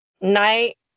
Night